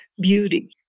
beauty